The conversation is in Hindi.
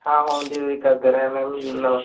हाँ होम डिलीवरी कर दे रहे हैं मैम नमस्ते